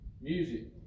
Music